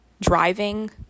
driving